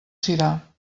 sirà